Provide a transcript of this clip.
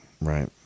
right